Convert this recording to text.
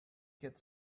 kid